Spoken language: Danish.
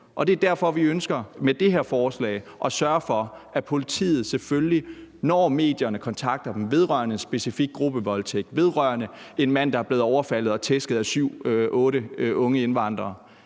og det er derfor, at vi med det her forslag ønsker at sørge for, at politiet, når medierne kontakter dem vedrørende en specifik gruppevoldtægt eller vedrørende en mand, der er blevet overfaldet og tæsket af 7-8 unge indvandrere,